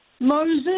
Moses